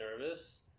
nervous